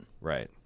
Right